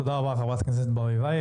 תודה רבה, חברת הכנסת ברביבאי.